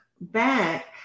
back